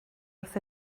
wrth